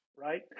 right